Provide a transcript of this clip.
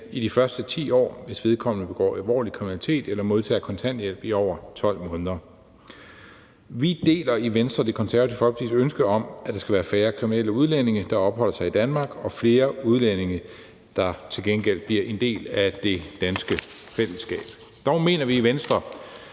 i de første 10 år, hvis vedkommende begår alvorlig kriminalitet eller modtager kontanthjælp i over 12 måneder. Vi deler i Venstre Det Konservative Folkepartis ønske om, at der skal være færre kriminelle udlændinge, der opholder sig i Danmark, og flere udlændinge, der til gengæld bliver en del af det danske fællesskab. Dog mener vi i Venstre,